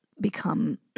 become